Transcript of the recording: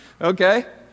okay